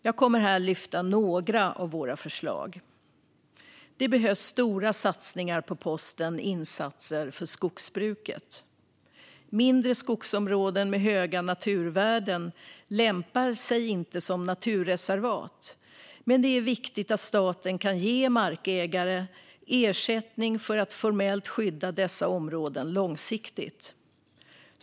Jag kommer här att lyfta några av våra förslag. Det behövs stora satsningar på posten som gäller insatser för skogsbruket. Mindre skogsområden med höga naturvärden lämpar sig inte som naturreservat, men det är viktigt att staten kan ge markägare ersättning för att formellt skydda dessa områden långsiktigt.